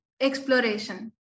exploration